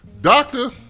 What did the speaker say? Doctor